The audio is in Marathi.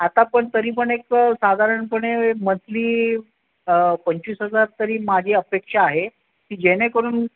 आता पण तरी पण एक साधरणपणे मंथली पंचवीस हजार तरी माझी अपेक्षा आहे की जेणेकरून